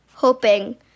hoping